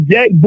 Jack